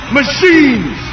machines